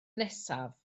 nesaf